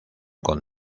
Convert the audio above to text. con